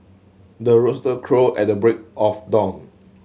the rooster crow at the break of dawn